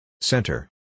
Center